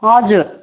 हजुर